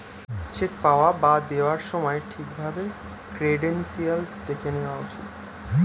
check পাওয়া বা দেওয়ার সময় ঠিক ভাবে ক্রেডেনশিয়াল্স দেখে নেওয়া উচিত